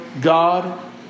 God